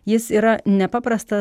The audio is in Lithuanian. jis yra nepaprastas